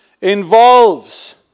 involves